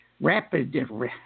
rapid –